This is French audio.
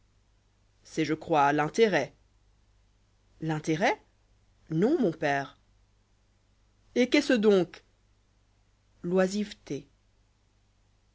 c'est je crois l'intérêt l'intérêt non mon pète et qu'est-ce donc